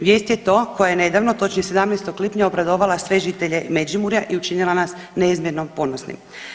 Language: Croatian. Vijest je to koja ne nedavno, točnije 17. lipnja obradovala sve žitelje Međimurja i učinila nas neizmjerno ponosnim.